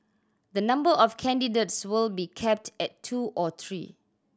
the number of candidates will be capped at two or three